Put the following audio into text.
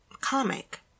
comic